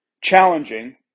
challenging